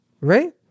right